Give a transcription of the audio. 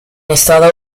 estados